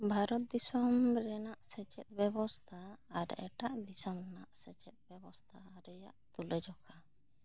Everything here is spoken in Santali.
ᱵᱷᱟᱨᱚᱛ ᱫᱤᱥᱚᱢ ᱨᱮᱱᱟᱜ ᱥᱮᱪᱮᱫ ᱵᱮᱵᱚᱥᱛᱷᱟ ᱟᱨ ᱮᱴᱟᱜ ᱫᱤᱥᱚᱢ ᱨᱮᱱᱟᱜ ᱥᱮᱪᱮᱫ ᱵᱮᱵᱚᱥᱛᱷᱟ ᱨᱮᱭᱟᱜ ᱛᱩᱞᱟᱹᱣ ᱡᱚᱠᱷᱟ